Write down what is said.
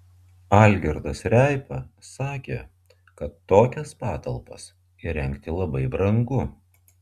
algirdas reipa sakė kad tokias patalpas įrengti labai brangu